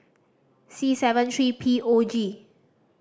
C seven three P O G